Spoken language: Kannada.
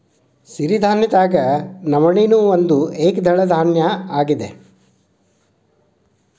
ಸಿರಿಧಾನ್ಯದಾಗ ನವಣೆ ನೂ ಒಂದ ಏಕದಳ ಧಾನ್ಯ ಇದ